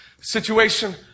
situation